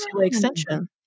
Extension